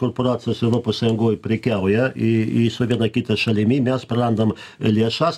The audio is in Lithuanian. korporacijos europos sąjungoj prekiauja i i su viena kita šalimi mes prarandam lėšas